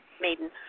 maiden